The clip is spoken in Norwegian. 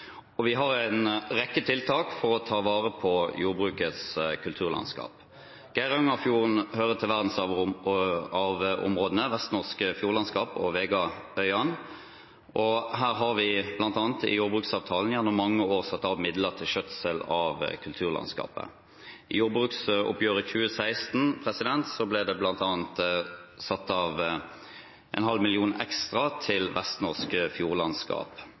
Vi har en rekke tiltak for å ta vare på jordbrukets kulturlandskap. Geirangerfjorden hører til verdensarvområdene Vestnorsk fjordlandskap og Vegaøyan, og her har vi bl.a. i jordbruksavtalen gjennom mange år satt av midler til skjøtsel av kulturlandskapet. I jordbruksoppgjøret 2016 ble det bl.a. satt av en halv million kroner ekstra til Vestnorsk fjordlandskap